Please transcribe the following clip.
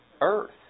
earth